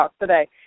today